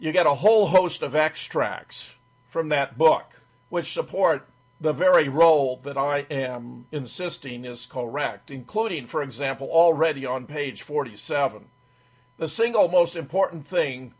you get a whole host of extracts from that book which support the very role that i am insisting is correct including for example already on page forty seven the single most important thing